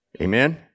Amen